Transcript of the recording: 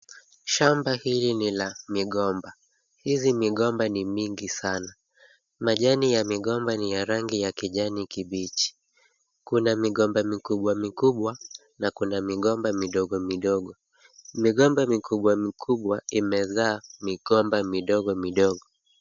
Shamba hili ni la migomba. Hizi migomba ni mingi sana. Majani ya migomba ni ya rangi ya kijani kibichi. Kuna migomba mikubwa mikubwa na kuna migomba midogo midogo. Migomba mikubwa mikubwa imezaa migomba midogo midogo.